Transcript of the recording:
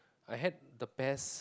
I had the best